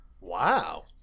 Wow